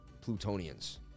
Plutonians